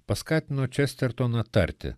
paskatino čestertoną tarti